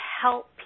help